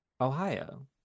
ohio